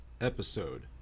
episode